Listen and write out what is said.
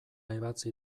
ebatzi